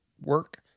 work